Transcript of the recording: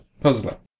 Puzzle